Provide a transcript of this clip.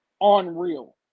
unreal